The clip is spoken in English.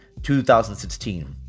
2016